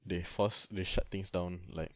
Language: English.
they force they shut things down like